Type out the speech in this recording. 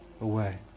away